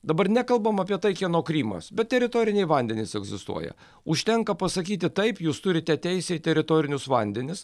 dabar nekalbam apie tai kieno krymas bet teritoriniai vandenys egzistuoja užtenka pasakyti taip jūs turite teisę į teritorinius vandenis